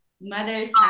mothers